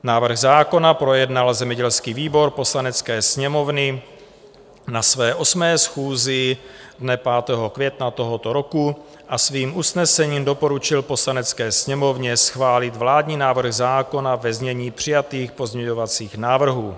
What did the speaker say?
Návrh zákona projednal zemědělský výbor Poslanecké sněmovny na své 8. schůzi dne 5. května tohoto roku a svým usnesením doporučil Poslanecké sněmovně schválit vládní návrh zákona ve znění přijatých pozměňovacích návrhů.